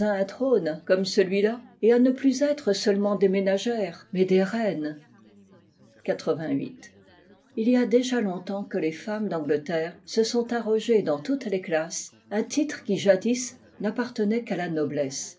du traducteur celui-là et à ne plus être seulement des ménagères mais des reines il y a déjà longtemps que les femmes d'angleterre se sont arrogé dans toutes les classes un titre qui jadis n'appartenait qu'à la noblesse